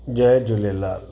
Jay Jhulelal